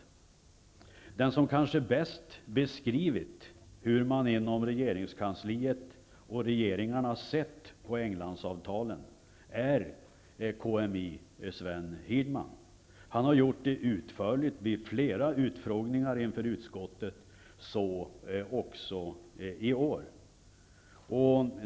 Den som kanske bäst beskrivit hur man inom regeringskansliet och regeringarna har sett på Hirdman. Han har gjort det utförligt vid flera utfrågningar inför utskottet, så också i år.